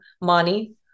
money